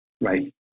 Right